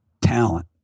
talent